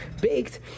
baked